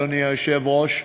אדוני היושב-ראש,